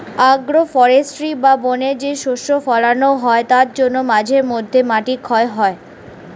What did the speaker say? agro forestry বা বনে যে শস্য ফোলানো হয় তার জন্য মাঝে মধ্যে মাটি ক্ষয় হয়